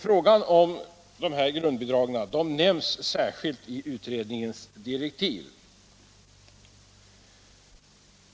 Frågan om grundbidragen nämns särskilt i utredningens direktiv.